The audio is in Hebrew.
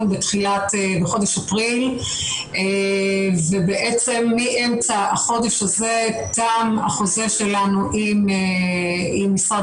בחודש אפריל ובעצם מאמצע החודש הזה תם החוזה שלנו עם משרד